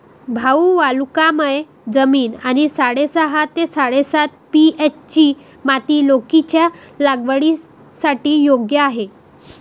भाऊ वालुकामय जमीन आणि साडेसहा ते साडेसात पी.एच.ची माती लौकीच्या लागवडीसाठी योग्य आहे